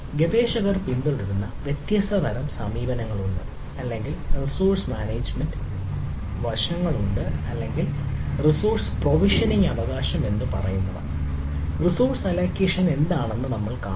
ഗവേഷകർ പിന്തുടരുന്ന വ്യത്യസ്ത തരം സമീപനങ്ങളുണ്ട് അല്ലെങ്കിൽ റിസോഴ്സ് മാനേജ്മെന്റ് വശങ്ങളുണ്ട് അല്ലെങ്കിൽ റിസോഴ്സ് പ്രൊവിഷനിംഗ് എന്താണ് എന്ന് നമ്മൾ കാണും